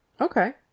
Okay